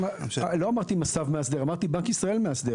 לא אמרתי מס"ב מאסדר, אמרתי בנק ישראל מאסדר.